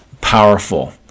powerful